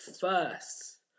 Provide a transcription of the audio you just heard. first